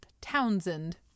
Townsend